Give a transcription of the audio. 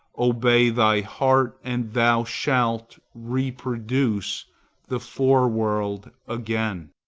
obey thy heart and thou shalt reproduce the foreworld again.